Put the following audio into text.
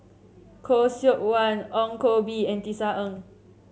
Khoo Seok Wan Ong Koh Bee and Tisa Ng